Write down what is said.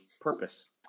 purpose